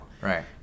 Right